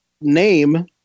name